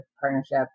partnership